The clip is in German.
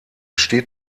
steht